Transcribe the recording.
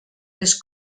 les